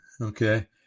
okay